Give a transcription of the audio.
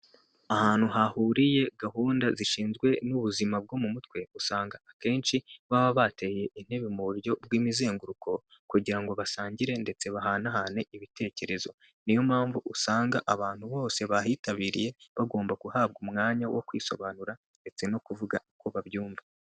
Ahantu hahuriye gahunda zishinzwe n'ubuzima bwo mu mutwe, usanga akenshi baba bateye intebe mu buryo bw'imizenguruko kugira ngo basangire ndetse bahanahane ibitekerezo, ni yo mpamvu usanga abantu bose bahitabiriye bagomba guhabwa umwanya wo kwisobanura ndetse no kuvuga uko babyumva.